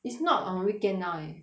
it's not on weekend now eh